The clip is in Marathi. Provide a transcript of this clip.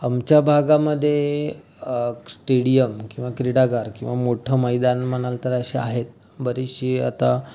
आमच्या भागामध्ये स्टेडियम किंवा क्रीडागार किंवा मोठं मैदान म्हणाल तर असे आहेत बरीचशी आता